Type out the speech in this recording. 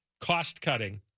cost-cutting